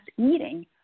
eating